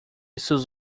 seus